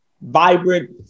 vibrant